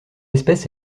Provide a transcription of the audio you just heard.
espèce